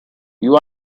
you